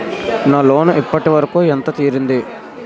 నా లోన్ ఇప్పటి వరకూ ఎంత తీరింది?